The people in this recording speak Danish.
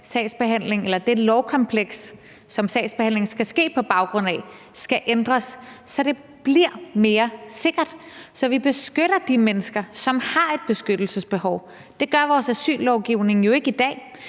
at det lovkompleks, som sagsbehandlingen skal ske på baggrund af, skal ændres, så det bliver mere sikkert, og så vi beskytter de mennesker, som har et beskyttelsesbehov. Det gør vores asyllovgivning jo ikke i dag.